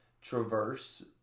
traverse